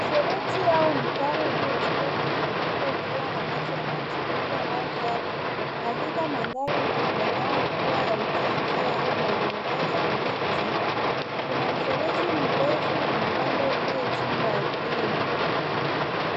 Mfereji au mtaro uliochimbwa kwenye udongo ukiwa na maji yanayotiririka ndani yake, katika mandhari yanayoonekana kuwa ya ujenzi au maendeleo ya miji. Kuna mfereji mrefu na mwembamba uliochimbwa ardhini.